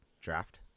draft